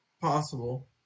possible